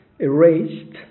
erased